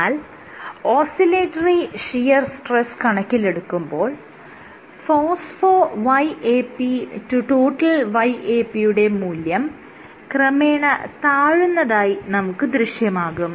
എന്നാൽ oscillatory shear stress കണക്കിലെടുക്കുമ്പോൾ phospho YAP to total YAP യുടെ മൂല്യം ക്രമേണ താഴുന്നതായി നമുക്ക് ദൃശ്യമാകും